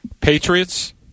Patriots